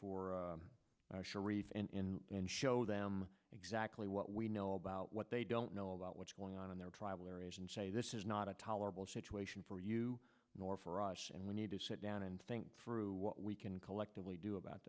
for sharif in and show them exactly what we know about what they don't know about what's going on in their tribal areas and say this is not a tolerable situation for you nor for us and we need to sit down and think through what we can collectively do about